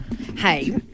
Hey